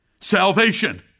Salvation